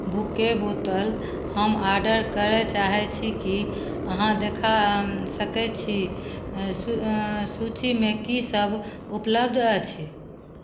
bouquet बोतल हम order करऽ चाहय छी की अहाँ देखा सकय छी सूचीमे की सब उपलब्ध अछि